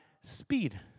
speed